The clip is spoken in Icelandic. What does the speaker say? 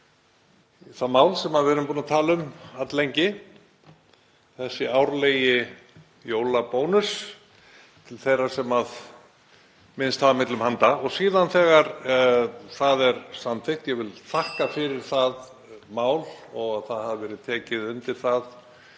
það mál sem við erum búin að tala um alllengi, þessi árlegi jólabónus til þeirra sem minnst hafa milli handa. Síðan þegar það er samþykkt, og ég vil þakka fyrir það mál og að tekið hafi verið undir það